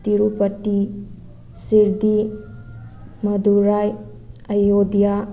Tirupati Shirdi Madurai Ayodhya